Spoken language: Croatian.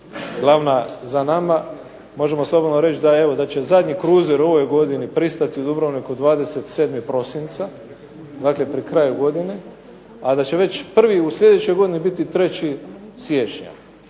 glavna za nama. Možemo slobodno reći da evo da će zadnji kruzer u ovoj godini pristati u Dubrovniku 27. prosinca, dakle pri kraju godine, a da će već prvi u sljedećoj godini biti 3. siječnja.